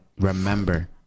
remember